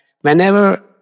whenever